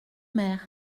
mer